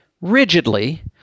rigidly